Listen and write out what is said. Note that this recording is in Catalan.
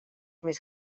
més